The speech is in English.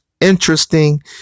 interesting